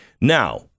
Now